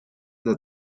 than